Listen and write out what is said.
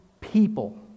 people